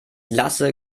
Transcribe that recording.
lasse